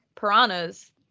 piranhas